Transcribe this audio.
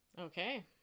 Okay